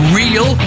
real